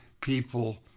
people